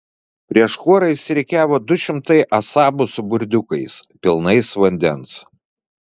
prieš kuorą išsirikiavo du šimtai asabų su burdiukais pilnais vandens